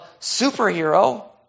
superhero